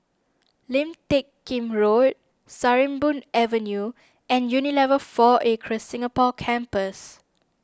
Lim Teck Kim Road Sarimbun Avenue and Unilever four Acres Singapore Campus